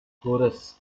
chorus